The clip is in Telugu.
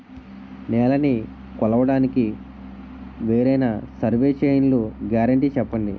నేలనీ కొలవడానికి వేరైన సర్వే చైన్లు గ్యారంటీ చెప్పండి?